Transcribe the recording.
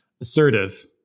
assertive